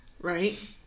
right